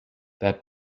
that